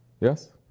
Yes